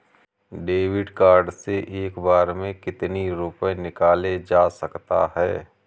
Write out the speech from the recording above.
David card से एक बार में कितनी रूपए निकाले जा सकता है?